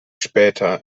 später